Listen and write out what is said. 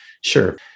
sure